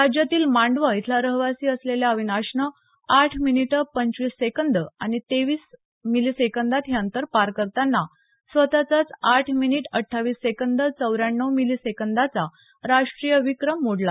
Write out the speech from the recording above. राज्यातील मांडवा इथला रहिवासी असलेल्या अविनाशनं आठ मिनिटं पंचवीस सेकंद आणि तेवीस मिलीसेकंदात हे अंतर पार करताना स्वतचाच आठ मिनिटं अठ्ठावीस सेकंद चौऱ्यान्नव मिलिसेकंदांचा राष्टीय विक्रम मोडला